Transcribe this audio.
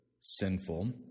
sinful